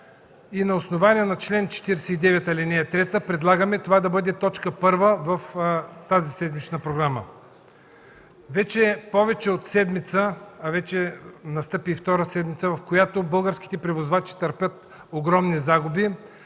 и на основание чл. 49, ал. 3 предлагаме това да бъде точка първа в тази седмична програма. Вече е повече от седмица, настъпи втора седмица, в която българските превозвачи търпят огромни загуби.